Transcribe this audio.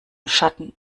schatten